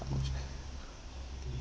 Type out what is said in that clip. which